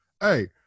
hey